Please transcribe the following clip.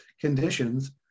conditions